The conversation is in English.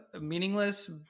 meaningless